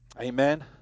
amen